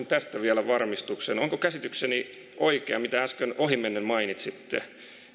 tästä vielä varmistuksen onko käsitykseni oikea siitä mitä äsken ohimennen mainitsitte